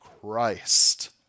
Christ